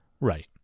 Right